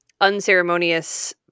unceremonious